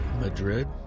Madrid